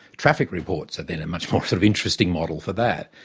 traffic reports are then a much more sort of interesting model for that.